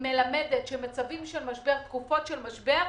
מלמדת שמצבים של משבר, תקופות של משבר,